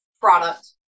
product